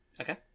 Okay